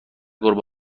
گربه